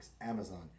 Amazon